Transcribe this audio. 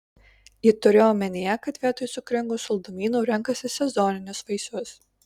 ji turi omenyje kad vietoj cukringų saldumynų renkasi sezoninius vaisius